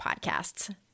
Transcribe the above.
podcasts